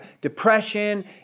depression